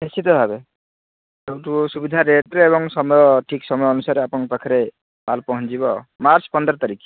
ନିଶ୍ଚିତ ଭାବେ ସୁବିଧା ରେଟ୍ରେ ଏବଂ ସମୟ ଠିକ ସମୟ ଅନୁସାରେ ଆପଣଙ୍କ ପାଖରେ ମାଲ ପହଞ୍ଚିଯିବ ମାର୍ଚ୍ଚ ପନ୍ଦର ତାରିଖ